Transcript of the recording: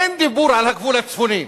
אין דיבור על הגבול הצפוני,